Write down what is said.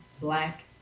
black